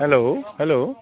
hello hello